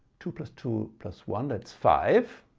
two plus two plus one that's five.